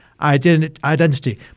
identity